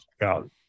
out